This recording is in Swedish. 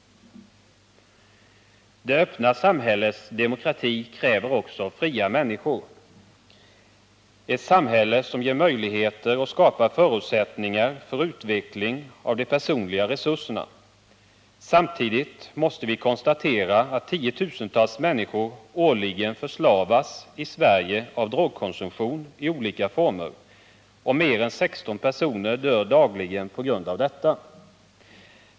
Det öppna samhällets demokrati kräver också fria människor. Det gäller ett samhälle som ger möjligheter och skapar förutsättningar för utveckling av de personliga resurserna. Samtidigt måste vi konstatera att tiotusentals människor i Sverige årligen förslavas av drogkonsumtion i olika former och att mer än 16 personer dagligen dör på grund av detta.